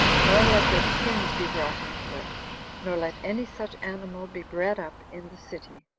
nor let their skins be brought into it nor let any such animal be bred up in the city.